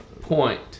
Point